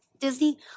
Disney